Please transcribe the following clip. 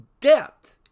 depth